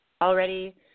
already